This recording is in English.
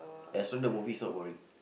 as long the movie is not boring